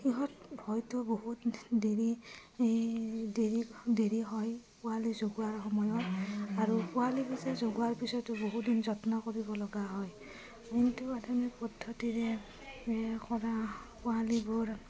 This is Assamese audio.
সিহঁত হয়তো বহুত দেৰি এই দেৰি দেৰি হয় পোৱালি জগোৱাৰ সময়ত আৰু পোৱালিবোৰ যে জগোৱাৰ পিছতো বহুত যত্ন কৰিব লগা হয় কিন্তু আধুনিক পদ্ধতিৰে কৰা পোৱালিবোৰ